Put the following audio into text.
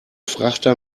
frachter